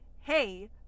hey